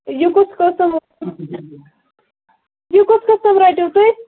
یہِ کُس قٕسٕم یہِ کُس قٕسٕم رٔٹِو تُہۍ